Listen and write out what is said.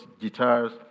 guitars